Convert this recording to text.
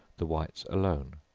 the whites alone,